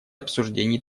обсуждений